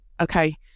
okay